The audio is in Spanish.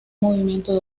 movimiento